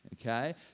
okay